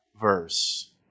verse